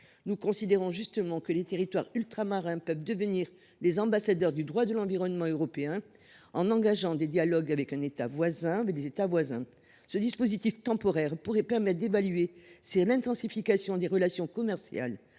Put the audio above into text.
de production. Les territoires ultramarins peuvent devenir les ambassadeurs du droit de l’environnement européen, en engageant des dialogues avec des États voisins. Ce dispositif temporaire pourrait permettre d’évaluer si l’intensification des relations commerciales